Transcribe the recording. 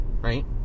right